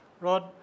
Rod